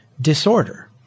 disorder